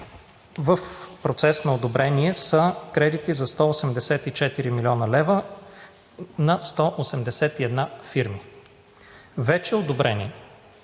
в процес на одобрение са кредити за 184 млн. лв. на над 181 фирми. Вече одобрени